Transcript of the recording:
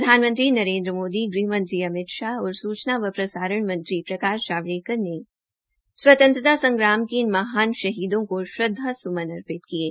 प्रधानमंत्री नरेन्द्र मोदी गृह मंत्री अमित शाह और सूचना व प्रसारण मंत्री प्रकाश जावड़ेकर ने स्वतंत्रता संग्राम के इन महान शहीदों को श्रद्ासमून अर्पित किये